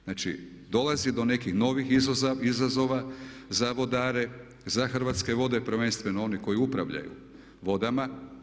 Znači dolazi do nekih novih izazova za vodare, za Hrvatske vode, prvenstveno onih koji upravljaju vodama.